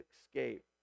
escape